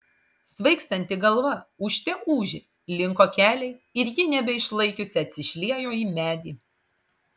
svaigstanti galva ūžte ūžė linko keliai ir ji nebeišlaikiusi atsišliejo į medį